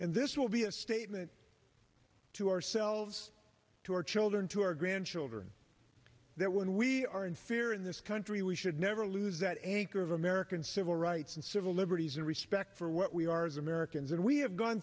and this will be a statement to ourselves to our children to our grandchildren that when we are in fear in this country we should never lose that anchor of american civil rights and civil liberties and respect for what we are as americans and we have gone